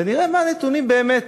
ונראה מה הנתונים באמת,